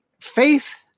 Faith